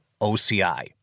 OCI